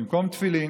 במקום תפילין.